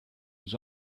was